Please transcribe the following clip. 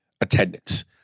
attendance